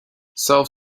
self